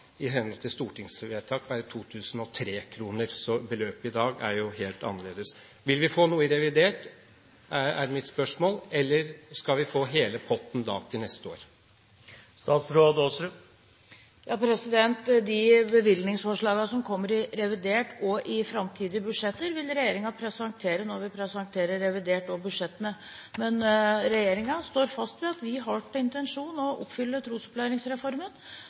i henhold til stortingsvedtaket være i 2003-kroner, så beløpet i dag er jo helt annerledes. Mitt spørsmål er: Vil vi få noe i revidert, eller skal vi få hele potten til neste år? De bevilgningsforslagene som kommer i revidert og i framtidige budsjetter, vil regjeringen presentere når vi presenterer revidert og budsjettene. Men regjeringen står fast ved at vi har som intensjon å oppfylle trosopplæringsreformen.